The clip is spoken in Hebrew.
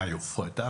היא הופרטה?